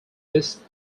east